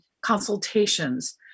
consultations